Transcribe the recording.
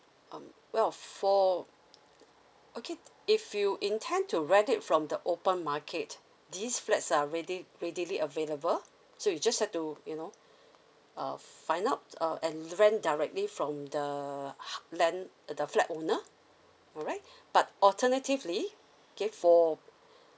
um well for okay if you intend to rent it from the open market these flats are ready readily available so you just have to you know uh find out uh and rent directly from the hou~ land the flat owner alright but alternatively K for